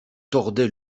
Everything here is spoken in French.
tordait